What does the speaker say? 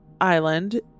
island